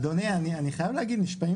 אדוני, אני חייב להגיד, נשמעים